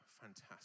Fantastic